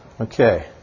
Okay